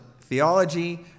theology